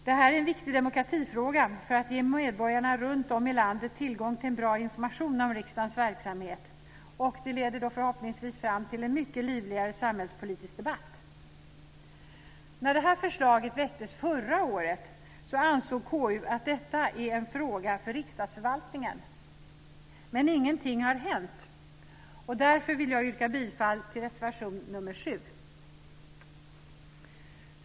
Detta är en viktig demokratifråga för att ge medborgarna runtom i landet tillgång till bra information om riksdagens verksamhet. Det leder förhoppningsvis också fram till en mycket livligare samhällspolitisk debatt. När detta förslag väcktes förra året ansåg KU att detta är en fråga för riksdagsförvaltningen. Men ingenting har hänt, och därför vill jag yrka bifall till reservation nr 7.